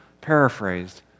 paraphrased